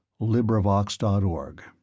LibriVox.org